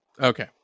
okay